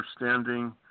understanding